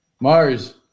Mars